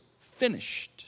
finished